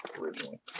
originally